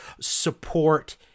support